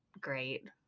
great